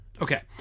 Okay